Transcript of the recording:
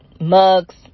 mugs